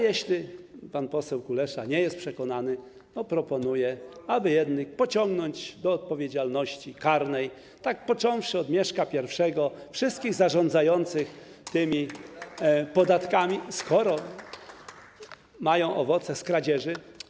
Jeśli pan poseł Kulesza nie jest przekonany, proponuję, aby pociągnąć do odpowiedzialności karnej, począwszy od Mieszka I, wszystkich zarządzających tymi podatkami, skoro mieli owoce z kradzieży.